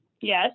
Yes